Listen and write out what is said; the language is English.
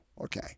okay